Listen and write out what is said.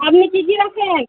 আপনি কী কী রাখেন